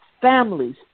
families